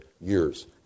years